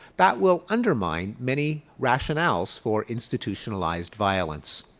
that will undermine many rationales for institutionalized violence.